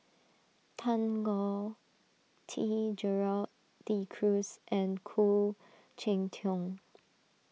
Tan Choh Tee Gerald De Cruz and Khoo Cheng Tiong